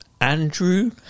Andrew